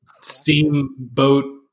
steamboat